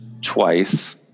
twice